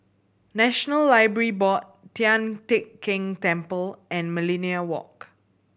National Library Board Tian Teck Keng Temple and Millenia Walk